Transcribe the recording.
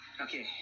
Okay